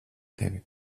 tevi